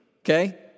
Okay